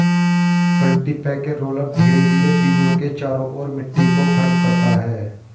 cultipacker roller धीरे धीरे बीजों के चारों ओर मिट्टी को फर्म करता है